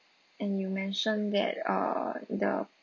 and you mentioned that err the